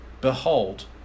Behold